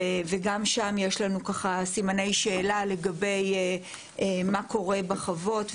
וגם שם יש לנו ככה סימני שאלה לגבי מה קורה בחוות,